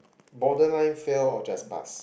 borderline fail or just pass